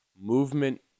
movement